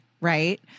Right